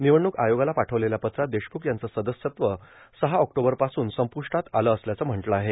निवडणूक आयोगाला पाटवलेल्या पत्रात देशमुख यांचं सदस्यत्व सहा ऑक्टोबरपासून संपुष्टात आलं असल्याचं म्हटलं आहे